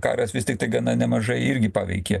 karas vis tiktai gana nemažai irgi paveikė